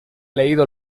leído